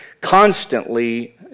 constantly